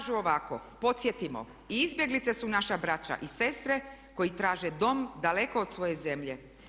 Kažu ovako, podsjetimo, i izbjeglice su naša brača i sestre koji traže dom daleko od svoje zemlje.